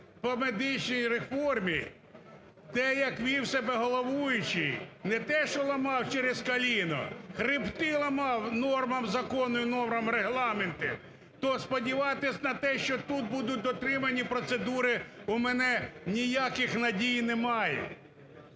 по медичній реформі, те, як вів себе головуючий не те, що ламав через коліно, хребти ламав нормам закону і нормам Регламенту. То сподіватись на те, що тут будуть дотримані процедури, в мене ніяких надій немає.